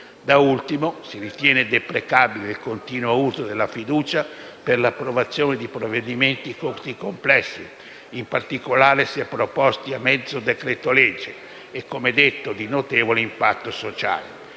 Da ultimo, si ritiene deprecabile il continuo uso della fiducia per l'approvazione di provvedimenti così complessi, in particolare se proposti con decreto-legge e - come detto - di notevole impatto sociale.